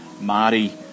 Marty